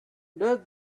does